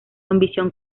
ambición